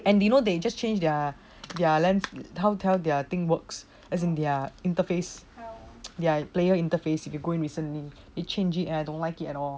and you know they just change their their lens how how their thing works as in their interface there player interface player interface they changed it and I don't like it at all